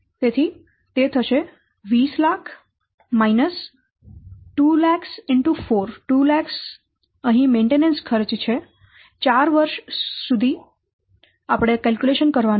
તે 2000000 2000004 1200000 થશે